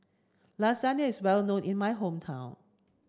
Lasagna is well known in my hometown